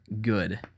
good